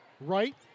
right